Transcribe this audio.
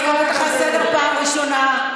אני קוראת אותך לסדר בפעם הראשונה,